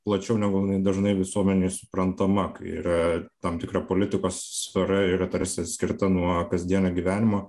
plačiau negu jinai dažnai visuomenėj suprantama kai yra tam tikra politikos sfera yra tarsi atskirta nuo kasdienio gyvenimo